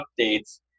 updates